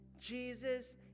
Jesus